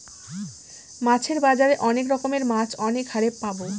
মাছের বাজারে অনেক রকমের মাছ অনেক হারে পাবো